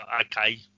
Okay